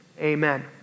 Amen